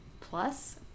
plus